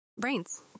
Brains